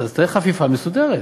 תעשה חפיפה מסודרת.